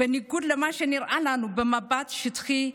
ובניגוד למה שנראה לנו במבט שטחי,